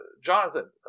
Jonathan